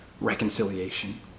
reconciliation